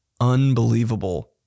unbelievable